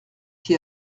qui